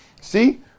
See